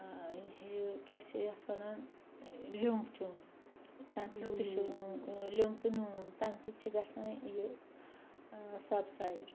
یہِ کیٛاہ چھِ یتھ وَنان لیوٚمب چیوٚن تَمہِ سۭتۍ تہِ چھُ لیوٚمب تہٕ نوٗن تَمہِ سۭتۍ چھِ گژھان یہِ سَبسایِڈ